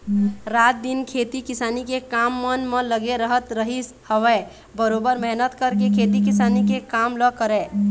रात दिन खेती किसानी के काम मन म लगे रहत रहिस हवय बरोबर मेहनत करके खेती किसानी के काम ल करय